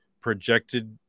projected